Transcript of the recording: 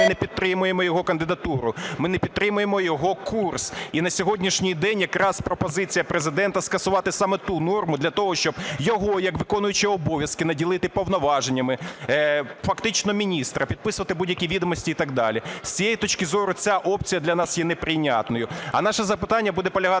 ми не підтримуємо його кандидатуру, ми не підтримуємо його курс. І на сьогоднішній день якраз пропозиція Президента скасувати саме ту норму для того, щоб його як виконуючого обв'язки наділити повноваженнями фактично міністра підписувати будь-які відомості і так далі. З цієї точки зору, ця опція для нас є неприйнятною.